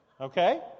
Okay